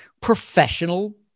professional